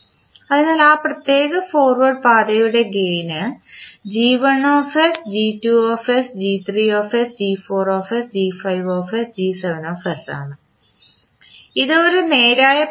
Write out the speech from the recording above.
അതിനാൽ ആ പ്രത്യേക ഫോർവേഡ് പാതയുടെ ഗേയിൻ ആണ് ഇത് ഒരു നേരായ പാതയാണ്